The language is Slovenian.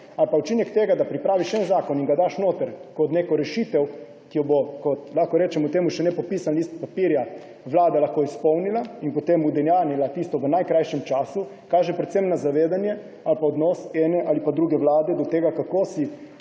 ali pa učinek tega, da pripraviš en zakon in ga daš noter kot neko rešitev, ki jo bo kot, lahko rečemo temu, še nepopisan list papirja Vlada lahko izpolnila in potem udejanjila tisto v najkrajšem času, kaže predvsem na zavedanje ali odnos ene ali druge vlade do tega, kako si